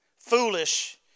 foolish